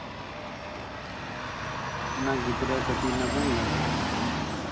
ᱚᱱᱟ ᱜᱫᱽᱨᱟᱹ ᱠᱟᱴᱤᱡ ᱨᱮᱱᱟᱜ ᱵᱚᱱ ᱞᱟᱹᱭᱟ